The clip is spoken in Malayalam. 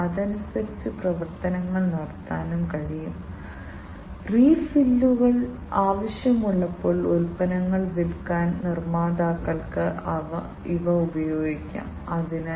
ആമുഖ പ്രഭാഷണത്തിൽ ഞങ്ങൾ വ്യത്യസ്ത ആക്യുവേറ്ററുകൾ കണ്ടു വ്യത്യസ്ത തരം ആക്യുവേറ്ററുകൾ ഉപയോഗിക്കുന്നത് ഞങ്ങൾ കണ്ടു